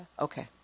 Okay